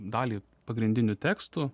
dalį pagrindinių tekstų